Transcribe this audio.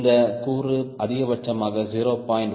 இந்த கூறு அதிகபட்சமாக 0